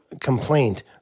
complaint